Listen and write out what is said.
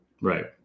Right